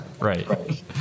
Right